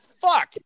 fuck